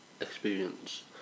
experience